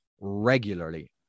regularly